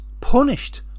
punished